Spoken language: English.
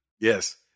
yes